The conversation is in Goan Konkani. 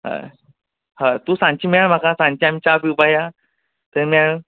हय हय तूं सांजचें मेळ म्हाका सांजचे आमी च्या पिवपाक या थंय मेळ